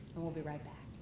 we'll be right back.